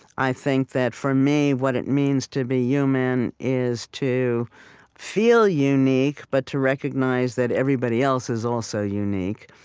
i think that for me, what it means to be human is to feel unique, but to recognize that everybody else is also unique.